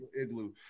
igloo